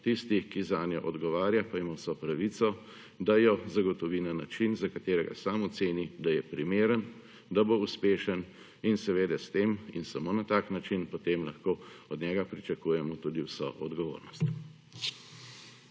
Tisti, ki zanjo odgovarja pa ima vso pravico, da jo zagotovi na način za katerega sam oceni, da je primer, da bo uspešen in seveda s tem in samo na tak način, potem lahko od njega pričakujemo tudi vso odgovornost.